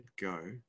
go